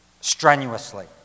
strenuously